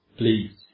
please